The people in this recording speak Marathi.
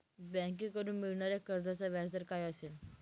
बँकेकडून मिळणाऱ्या कर्जाचा व्याजदर काय असेल?